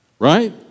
Right